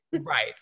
right